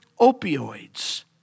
opioids